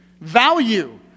value